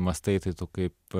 mąstai tai tu kaip